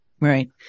Right